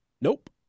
Nope